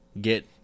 get